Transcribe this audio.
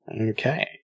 Okay